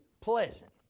pleasant